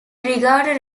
regarded